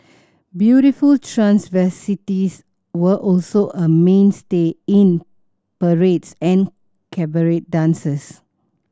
beautiful transvestites were also a mainstay in parades and cabaret dances